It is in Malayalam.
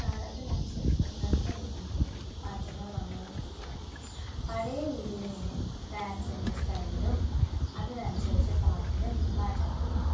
കാലത്തിനനുസരിച്ച് നൃത്ത രീതിയിലും മാറ്റങ്ങൾ വന്നോണ്ടിരിക്കയാണ് പഴയരീതിയിൽ നിന്നും ഡാൻസിൻ്റെ സ്റ്റൈലും അതിനനുസരിച്ച് പാട്ടിനും മാറ്റം വരുന്നുണ്ട്